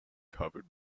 covered